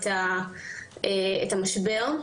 המשבר,